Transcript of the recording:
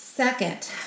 Second